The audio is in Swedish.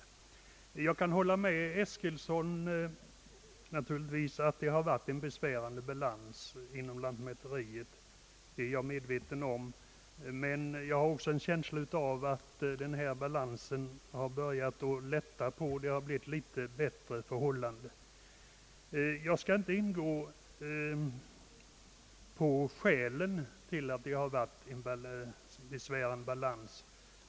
Jag kan naturligtvis hålla med herr Eskilsson om att det har förekommit en besvärande balans inom lantmäteriet. Jag är medveten om detta. Men jag har också en känsla av att denna balans har börjat att lätta. Det har alltså blivit något bättre förhållanden. Jag skall inte gå in på skälen till denna besvärande balans.